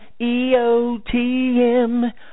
EOTM